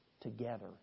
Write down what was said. together